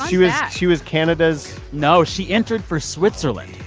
yeah she was canada's? no. she entered for switzerland